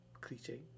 Cliche